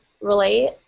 relate